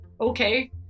okay